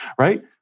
Right